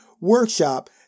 workshop